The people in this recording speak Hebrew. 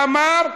ואמר: